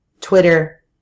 twitter